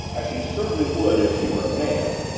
as she certainly would if she were a man,